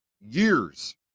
years